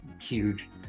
huge